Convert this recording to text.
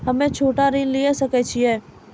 हम्मे छोटा ऋण लिये सकय छियै?